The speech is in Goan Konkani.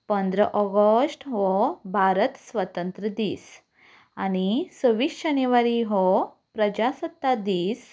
पंदरा ऑगस्ट हो भारत स्वतंत्र दीस आनी सव्वीस जानेवारी हो प्रजासत्ताक दीस